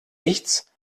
nichts